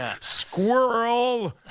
squirrel